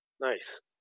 Nice